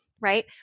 right